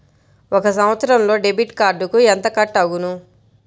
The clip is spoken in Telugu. ఒక సంవత్సరంలో డెబిట్ కార్డుకు ఎంత కట్ అగును?